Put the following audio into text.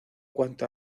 cuanto